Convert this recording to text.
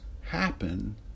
happen